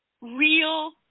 real